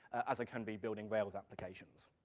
as i can be building rails applications.